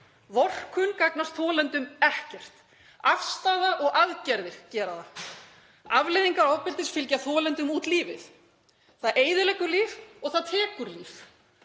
Vorkunn gagnast þolendum ekkert. Afstaða og aðgerðir gera það. Afleiðingar ofbeldis fylgja þolendum út lífið. Það eyðileggur líf og það tekur líf.